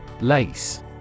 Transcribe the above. Lace